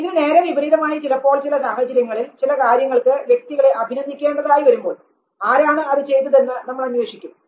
ഇതിന് നേരെ വിപരീതമായി ചിലപ്പോൾ ചില സാഹചര്യങ്ങളിൽ ചില കാര്യങ്ങൾക്ക് വ്യക്തികളെ അഭിനന്ദിക്കേണ്ടതായി വരുമ്പോൾ ആരാണ് അത് ചെയ്തതെന്ന് നമ്മൾ അന്വേഷിക്കും